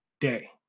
day